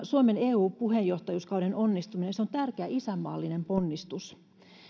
suomen eu puheenjohtajuuskauden onnistuminen on tärkeä isänmaallinen ponnistus